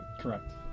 Correct